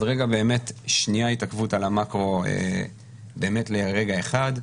אז באמת שנייה התעכבות על המאקרו, באמת לרגע אחד.